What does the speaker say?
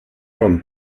from